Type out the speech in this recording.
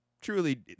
truly